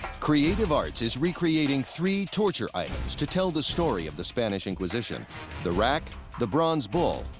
creative arts is recreating three torture items to tell the story of the spanish inquisition the rack, the bronze bull,